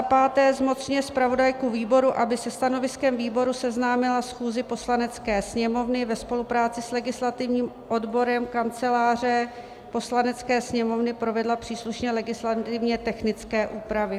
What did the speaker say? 5. zmocňuje zpravodajku výboru, aby se stanoviskem výboru seznámila schůzi Poslanecké sněmovny, ve spolupráci s legislativním odborem Kanceláře Poslanecké sněmovny provedla příslušné legislativně technické úpravy.